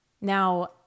Now